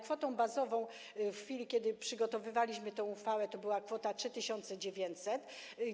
Kwotą bazową w chwili, kiedy przygotowywaliśmy tę uchwałę, była kwota 3900 zł.